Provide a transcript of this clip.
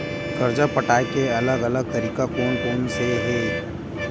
कर्जा पटाये के अलग अलग तरीका कोन कोन से हे?